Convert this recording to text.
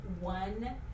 one